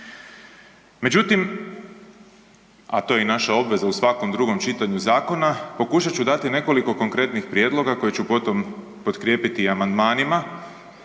Međutim, a to je i naša obveza u svakom drugom čitanju zakona, pokušat ću dati nekoliko konkretnih prijedloga koje ću potom potkrijepiti i amandmanima